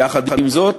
יחד עם זאת,